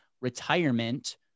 retirement